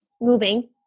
moving